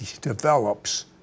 develops